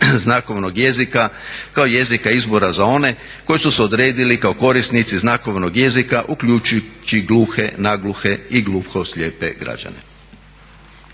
znakovnog jezika kao jezika izbora za one koji su se odredili kao korisnici znakovnog jezika uključujući gluhe, nagluhe i gluhoslijepe građane.